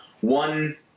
one